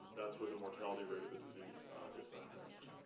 that's where the mortality rate of the disease is the highest.